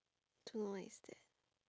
don't know what is that